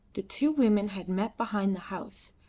the two women had met behind the house,